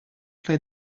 play